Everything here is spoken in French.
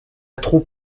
troupe